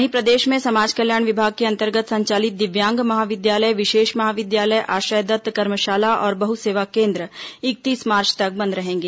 वहीं प्रदेश में समाज कल्याण विभाग के अंतर्गत संचालित दिव्यांग महाविद्यालय विशेष महाविद्यालय आश्रयदत्त कर्मशाला और बहु सेवा केन्द्र इकतीस मार्च तक बंद रहेंगे